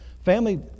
Family